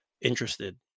interested